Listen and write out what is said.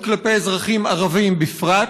ואלימות כלפי אזרחים ערבים בפרט.